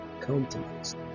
countenance